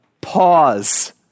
pause